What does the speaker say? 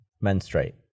menstruate